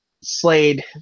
Slade